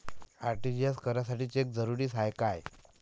RTGS करासाठी cheque जरुरीचा हाय काय?